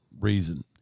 reason